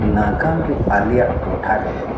ᱱᱟᱜᱟᱢ ᱨᱮ ᱟᱞᱮᱭᱟᱜ ᱴᱚᱴᱷᱟ ᱨᱮᱫᱚ